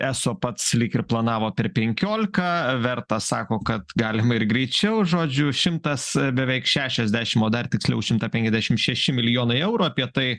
eso pats lyg ir planavo per penkiolika vertas sako kad galima ir greičiau žodžiu šimtas beveik šešiasdešim o dar tiksliau šimta penkiasdešim šeši milijonai eurų apie tai